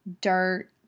dirt